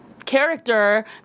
Character